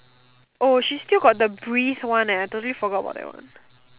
oh she still got the breeze one eh I totally forgot about that one